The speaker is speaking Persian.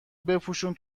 بپوشون